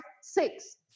six